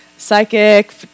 Psychic